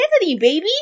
baby